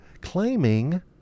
claiming